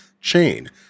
chain